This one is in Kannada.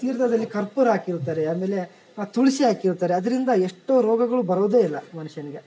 ತೀರ್ಥದಲ್ಲಿ ಕರ್ಪೂರ ಹಾಕಿರ್ತಾರೆ ಆಮೇಲೆ ಆ ತುಳಸಿ ಹಾಕಿರ್ತಾರೆ ಅದರಿಂದ ಎಷ್ಟೋ ರೋಗಗಳು ಬರೋದೆಯಿಲ್ಲ ಮನುಷ್ಯನಿಗೆ